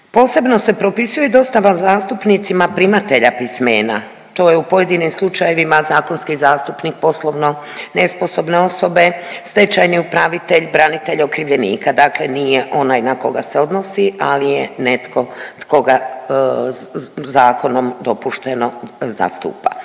Posebno se propisuje i dostava zastupnicima primatelja pismena. To je u pojedinim slučajevima zakonski zastupnik poslovno nesposobne osobe, stečajni upravitelj, branitelj okrivljenika, dakle nije onaj na koga se odnosi ali je netko tko ga zakonom dopušteno zastupa.